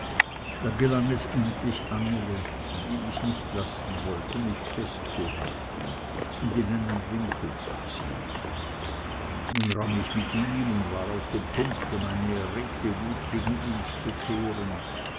da gelang es endlich anneli die mich nicht lassen wollte mich festzuhalten und in einen winkel zu ziehen nun rang ich mit ihm und war auf dem punkte meine erregte wut gegen ihns zu kehren